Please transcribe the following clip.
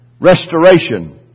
Restoration